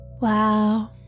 Wow